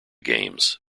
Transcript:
games